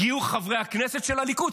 הגיעו חברי הכנסת של הליכוד,